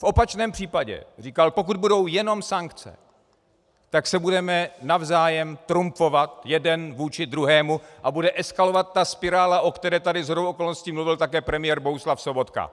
V opačném případě, říkal, pokud budou jenom sankce, tak se budeme navzájem trumfovat jeden vůči druhému a bude eskalovat ta spirála, o které tady shodou okolností mluvil také premiér Bohuslav Sobotka.